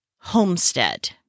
homestead